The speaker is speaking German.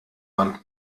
man